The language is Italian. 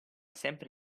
sempre